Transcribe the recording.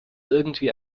irgendwie